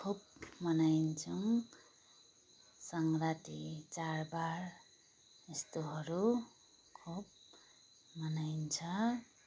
खुब मनाउँछौँ सङ्क्रान्ति चाडबाड यस्तोहरू खुब मनाइन्छ